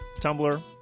Tumblr